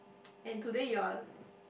and today you're